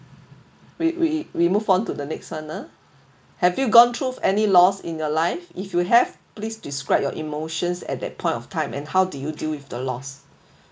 we we we move on to the next one err have you gone through any loss in your life if you have please describe your emotions at that point of time and how do you deal with the loss